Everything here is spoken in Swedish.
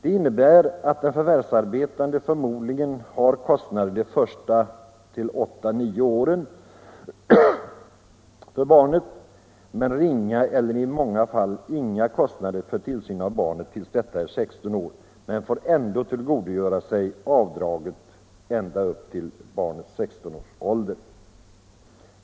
En förvärvsarbetande har förmodligen kostnader för tillsyn av barnet under de första 8-9 åren, men ringa och i många fall inga kostnader därefter och fram till det att barnet är 16 år. Den förvärvsarbetande får ändå tillgodogöra sig avdraget ända tills barnet blir 16 år.